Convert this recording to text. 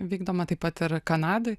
vykdoma taip pat ir kanadoj